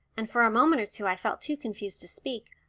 and for a moment or two i felt too confused to speak,